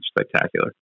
spectacular